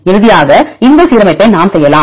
இறுதியாக இந்த சீரமைப்பை நாம் செய்யலாம்